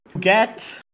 get